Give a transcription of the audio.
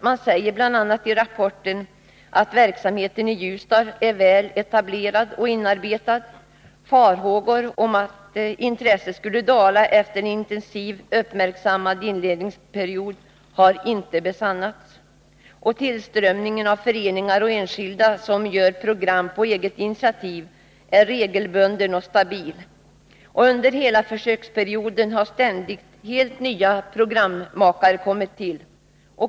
Man säger i rapporten att verksamheten i Ljusdal är väl etablerad och inarbetad. Farhågor om att intresset skulle dala efter en intensiv, uppmärksammad inledningsperiod har inte besannats. Tillströmningen av föreningar och enskilda som gör program på eget initiativ är regelbunden och stabil. Under hela försöksperioden har ständigt helt nya programmakare kommit till.